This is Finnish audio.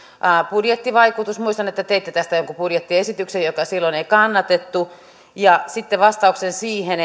budjettivaikutusta muistan että teitte tästä jonkun budjettiesityksen jota silloin ei kannatettu ja sitten vastausta siihen